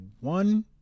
one